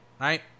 right